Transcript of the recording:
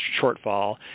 shortfall